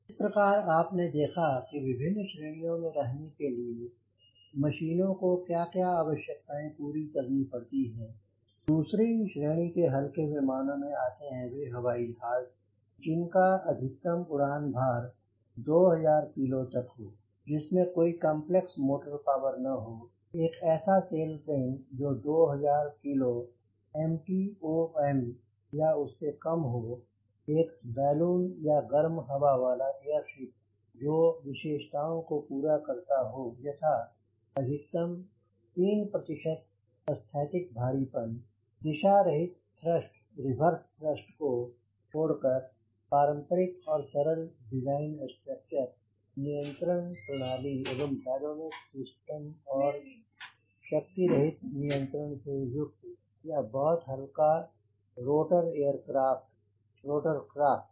इस प्रकार आपने देखा कि विभिन्न श्रेणियों में रहने के लिए मशीनों को क्या क्या आवश्यकताएं पूरी करनी पड़ती है पुणे श्रेणी जो के हल्के विमानों में आते हैं हवाई जहाज जिनका अधिकतम उड़ान भर 2000 किलो हो जिसमें कोई कंपलेक्स मोटर पावर ना हो एक ऐसा सेल प्लेन जो 2000 किलो MTOM या उससे कम हो एक बैलून या गर्म हवा वाला एयर शिप जो विशेषताओं को पूरा करता हो यथा अधिकतम 3 स्थैतिक भारीपन दिशा रहित थ्रस्ट रिवर्स थ्रस्ट को छोड़कर पारंपरिक और सरल डिजाइन स्ट्रक्चर नियंत्रण प्रणाली एवं बैल्लोनेट सिस्टम और शक्ति रहित नियंत्रण से युक्त या बहुत हल्का रोटर एयरक्राफ़्ट रोटरक्राफ्ट